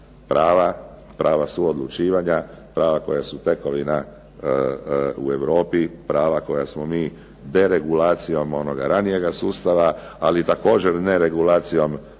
prava suodlučivanja, prava koja su tekovina u Europi, prava koja smo mi deregulacijom onog ranijega sustava. Ali također ne regulacijom